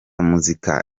muzika